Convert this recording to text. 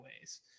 ways